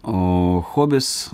o hobis